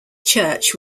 church